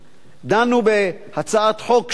דנו בהצעת חוק שלי,